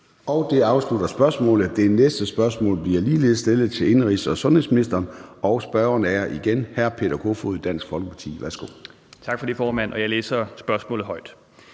Det afslutter spørgsmålet. Det næste spørgsmål bliver ligeledes stillet til indenrigs- og sundhedsministeren, og spørgeren er igen hr. Peter Kofod, Dansk Folkeparti. Kl. 13:32 Spm. nr. S 582 (omtrykt)